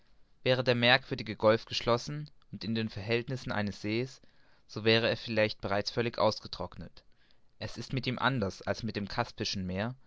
wäre der merkwürdige golf geschlossen und in den verhältnissen eines see's so wäre er vielleicht bereits völlig ausgetrocknet es ist mit ihm anders als mit dem caspischen meer